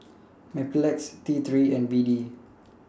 Mepilex T three and B D